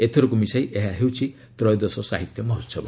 ଏଥରକୁ ମିଶାଇ ଏହା ହେଉଛି ତ୍ରୟୋଦଶ ସାହିତ୍ୟ ମହୋତ୍ସବ